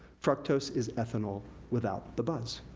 fructose is ethanol without the buzz.